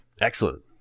Excellent